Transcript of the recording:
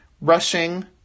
rushing